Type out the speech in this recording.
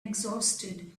exhausted